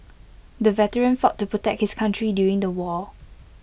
the veteran fought to protect his country during the war